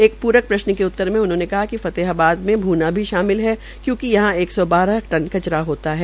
एक प्रक प्रश्न के उत्तर में उन्होंने कहा कि फतेहाबाद में भूना भी शामिल है क्योकि यहां एक सौ बार टना कचरा होता है